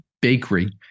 bakery